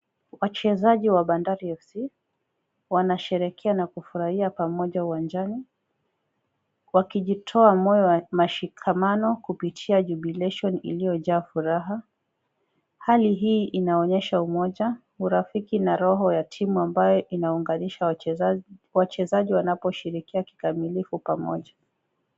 Wachezaji wa Bandari Fc wanasherehekea na kufurahia pamoja uwanjani wakijitoa moyo mashikamano kupitia jubilation iliyojaa furaha. Hali hii inaonyesha umoja, urafiki na roho ya timu ambayo inaunganisha wachezaji wanaposhirikia kikamilifu pamoja.